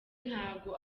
ntago